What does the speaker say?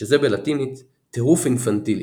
שזה בלטינית, "טירוף אינפנטילי"